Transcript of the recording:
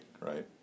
right